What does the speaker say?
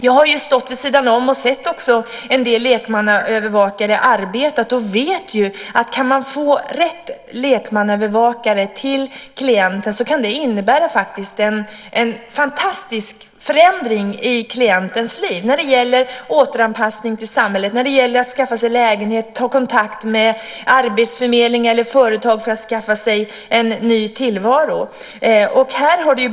Jag har stått vid sidan om och sett en del lekmannaövervakare arbeta och vet att om man kan få rätt lekmannaövervakare till klienten kan det faktiskt innebära en fantastisk förändring i klientens liv när det gäller återanpassning till samhället, att skaffa sig lägenhet och att ta kontakt med arbetsförmedling eller företag för att skaffa sig en ny tillvaro.